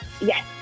Yes